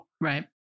Right